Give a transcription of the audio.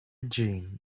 dream